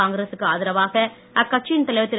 காங்கிரசுக்கு ஆதரவாக அக்கட்சியின் தலைவர் திரு